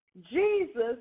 Jesus